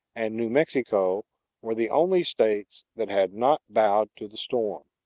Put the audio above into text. and new mexico were the only states that had not bowed to the storm.